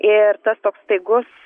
ir tas toks staigus